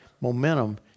momentum